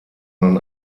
man